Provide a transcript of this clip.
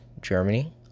Germany